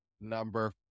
number